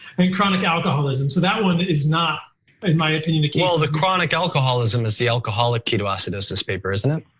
i mean chronic alcoholism. so that one is not, in my opinion, the case of well the chronic alcoholism is the alcoholic ketoacidosis paper, isn't it?